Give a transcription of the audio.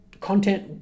content